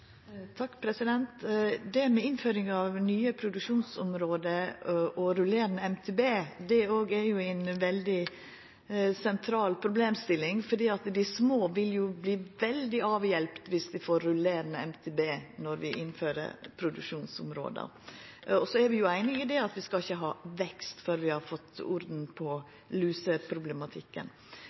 Det med innføring av nye produksjonsområde og rullerande MTB er òg ei veldig sentral problemstilling, for dei små vil jo verta veldig avhjelpte viss dei får rullerande MTB når vi innfører produksjonsområda. Så er vi einige om at vi ikkje skal ha vekst før vi har fått orden på luseproblematikken.